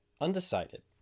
undecided